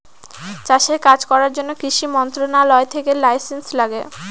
চাষের কাজ করার জন্য কৃষি মন্ত্রণালয় থেকে লাইসেন্স লাগে